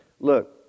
Look